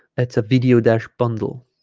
that's a video dash bundle